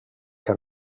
que